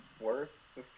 worth